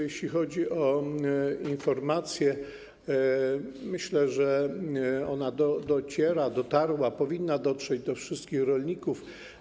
Jeśli chodzi o informację, to myślę, że dociera ona i dotarła - powinna dotrzeć - do wszystkich rolników.